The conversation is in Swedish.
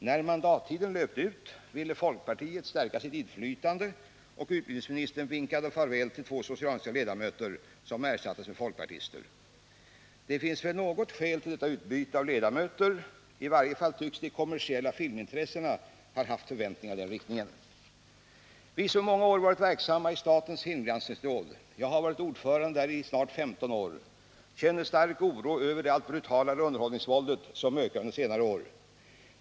När mandattiden löpt ut ville folkpartiet stärka sitt inflytande, och utbildningsministern vinkade av två socialdemokratiska ledamöter, som ersattes av folkpartister. Det fanns väl något skäl till detta utbyte av ledamöter — i varje fall tycks de kommersiella filmintressena ha haft förväntningar i den riktningen. Vi som i många år varit verksamma i statens filmgranskningsråd — jag har varit ordförande där i snart 15 år — känner stark oro över det allt brutalare underhållningsvåldet, som ökat under senare år.